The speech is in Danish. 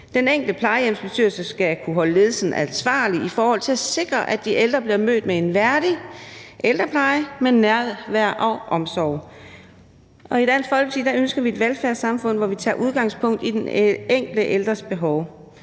Den enkelte plejehjemsbestyrelse skal kunne holde ledelsen ansvarlig i forhold til at sikre, at de ældre bliver mødt med en værdig ældrepleje med nærvær og omsorg. I Dansk Folkeparti ønsker vi et velfærdssamfund, hvor vi tager udgangspunkt i den enkelte ældres behov.